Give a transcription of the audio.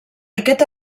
aquest